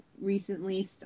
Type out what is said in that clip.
recently